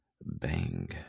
Bang